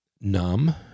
numb